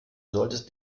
solltest